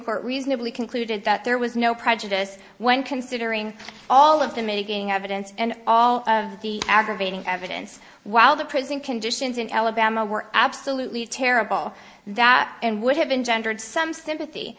court reasonably concluded that there was no prejudice when considering all of the mitigating evidence and all of the aggravating evidence while the prison conditions in alabama were absolutely terrible that and would have engendered some sympathy